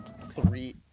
three